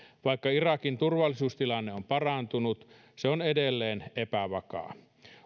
vaikka irakin turvallisuustilanne on parantunut se on edelleen epävakaa